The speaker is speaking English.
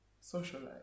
socialize